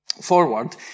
forward